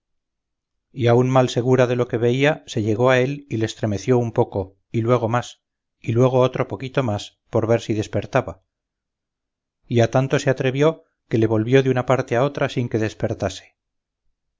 y aún mal segura de lo que veía se llegó a él y le estremeció un poco y luego más y luego otro poquito más por ver si despertaba y a tanto se atrevió que le volvió de una parte a otra sin que despertase